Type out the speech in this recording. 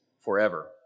forever